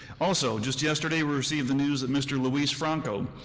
also, just yesterday we received the news that mr. luis franco,